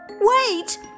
Wait